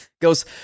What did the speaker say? goes